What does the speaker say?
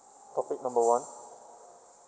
topic number one